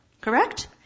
Correct